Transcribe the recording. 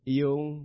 yung